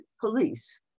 police